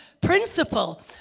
principle